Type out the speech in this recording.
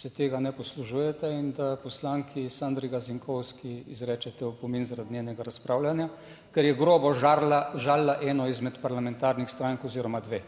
se tega ne poslužujete in da poslanki Sandri Gazinkovski izrečete opomin zaradi njenega razpravljanja, ker je grobo žalila, žalila eno izmed parlamentarnih strank oziroma dve.